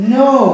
no